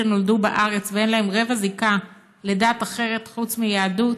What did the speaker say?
שנולדו בארץ ואין להם רבע זיקה לדת אחרת חוץ מיהדות,